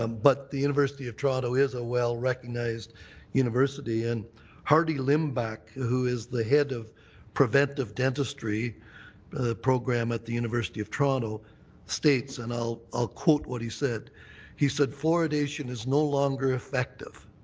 um but the university of toronto is a well-recognized university and hardy limback who is the head of preventive dentistry program at the university of toronto states and i'll i'll quote what he said he said fluoridation is no longer effective.